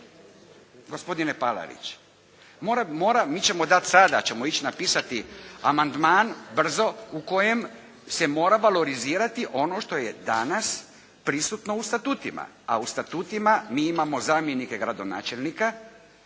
Gospodine Palarić! Moramo, mi ćemo dat, sad ćemo ići napisati amandman brzo u kojem se mora valorizirati ono što je danas prisutno u Statutima. A u Statutima mi imamo zamjenike gradonačelnika